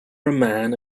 man